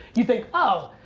you think, oh,